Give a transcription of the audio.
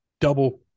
double